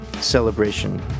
celebration